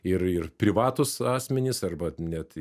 ir ir privatūs asmenys arba net